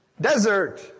desert